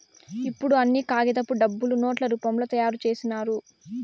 ఇప్పుడు అన్ని కాగితపు డబ్బులు నోట్ల రూపంలో తయారు చేసినారు